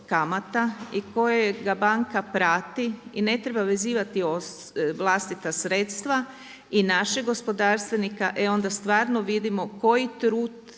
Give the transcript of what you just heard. i kojega banka prati i ne treba vezivati vlastita sredstva i našeg gospodarstvenika, e onda stvarno vidimo koji trud,